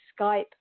Skype